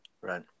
Right